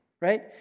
right